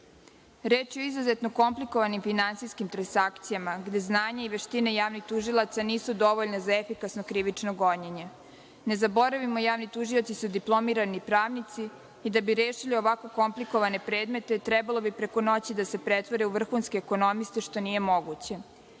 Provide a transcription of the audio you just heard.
je o izuzetno komplikovanim finansijskim transakcijama gde znanje i veštine javnih tužilaštva nisu dovoljne za efikasno krivično gonjenje. Ne zaboravimo da su javni tužioci diplomirani pravnici i da bi rešili ovako komplikovane predmete trebalo bi preko noći da se pretvore u vrhunske ekonomiste, što nije moguće,